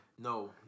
No